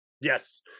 Yes